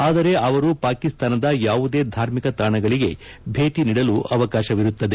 ಆದರೆ ಅವರು ಪಾಕಿಸ್ತಾನದ ಯಾವುದೇ ಧಾರ್ಮಿಕ ತಾಣಗಳಿಗೆ ಭೇಟಿ ನೀಡಲು ಅವಕಾಶವಿರುತ್ತದೆ